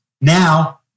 Now